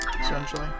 essentially